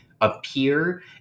appear